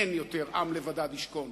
אין יותר עם לבדד ישכון.